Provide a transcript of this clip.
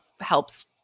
helps –